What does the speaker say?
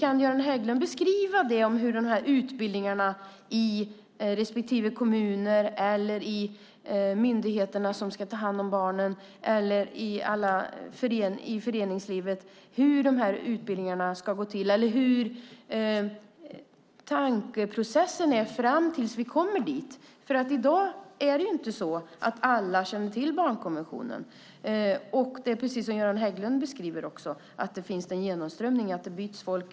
Kan Göran Hägglund beskriva hur utbildningarna ska gå till i respektive kommuner eller myndigheter som ska ta hand om barnen eller i föreningslivet? Hur ska de här utbildningarna gå till och hur ser tankeprocessen ut tills vi kommer dit? I dag känner inte alla till barnkonventionen. Precis som Göran Hägglund beskriver är det också en genomströmning. Det byts folk.